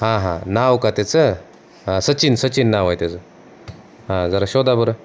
हां हां नाव का त्याचं हां सचिन सचिन नाव आहे त्याचं हां जरा शोधा बरं